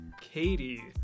Katie